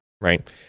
right